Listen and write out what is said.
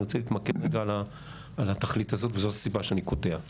אני רוצה להתמקד רגע על התכלית הזאת וזו הסיבה שאני קוטע,